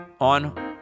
on